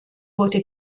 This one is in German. wurde